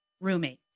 roommates